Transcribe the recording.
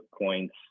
points